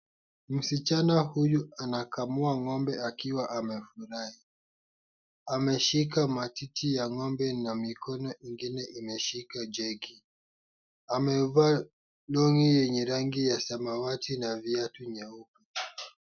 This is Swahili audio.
Msichana huyu anakamua ng'ombe akiwa amefurahi. Ameshika matiti ya ng'ombe na mikono ingine imeshika jegi . Amevaa long'i yenye rangi ya samawati na viatu nyeupe.